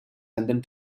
tended